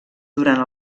durant